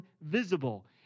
visible